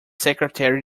secretary